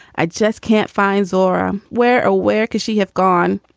i just can't find zorah where aware could she have gone?